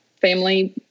family